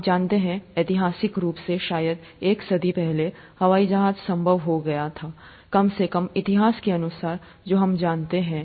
आप जानते हैं ऐतिहासिक रूप से शायद एक सदी पहले हवाई जहाज संभव हो गए कम से कम इतिहास के अनुसार जो हम जानते हैं